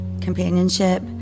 companionship